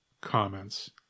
comments